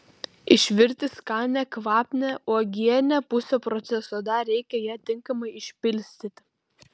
išvirti skanią kvapnią uogienę pusė proceso dar reikia ją tinkamai išpilstyti